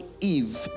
Eve